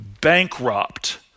bankrupt